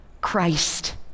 christ